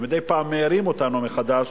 ומדי פעם מעירים אותנו מחדש,